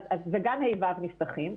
וגם ה'-ו' נפתחים,